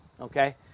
okay